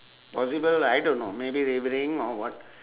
possible I don't know maybe they playing or what